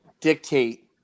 dictate